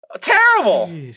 Terrible